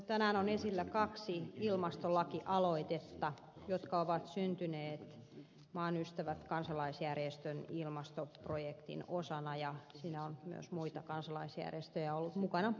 tänään on esillä kaksi ilmastolakialoitetta jotka ovat syntyneet maan ystävät kansalaisjärjestön ilmastoprojektin osana ja siinä on myös muita kansalaisjärjestöjä ollut mukana